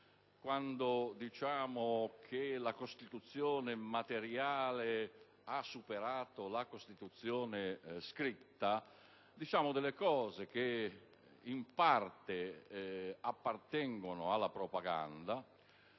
Quando diciamo che la Costituzione materiale ha superato la Costituzione scritta, diciamo delle cose che in parte appartengono alla propaganda